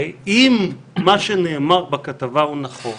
אם מה שנאמר בכתבה הוא נכון,